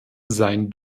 sein